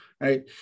right